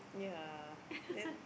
yeah then